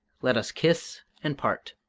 let us kiss and part!